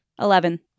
Eleven